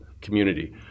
community